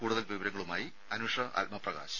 കൂടുതൽ വിവരങ്ങളുമായി അനുഷ ആത്മപ്രകാശ്